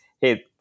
hey